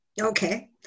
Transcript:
Okay